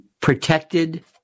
Protected